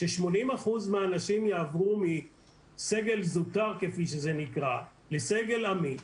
ש-80% מהאנשים יעברו מסגל זוטר לסגל עמית,